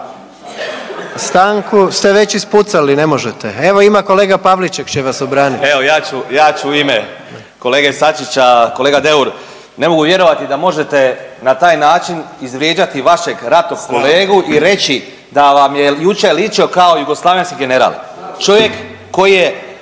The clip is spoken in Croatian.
Stanku ste već ispucali, ne možete. Evo ima kolega Pavliček će vas obraniti. **Pavliček, Marijan (Hrvatski suverenisti)** Evo ja ću u ime kolege Sačića. Kolega Deur ne mogu vjerovati da možete na taj način izvrijeđati vašeg ratnog kolegu i reći da vam je jučer ličio kao jugoslavenski general. Čovjek koji je